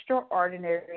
extraordinary